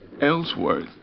Ellsworth